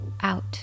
out